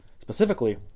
specifically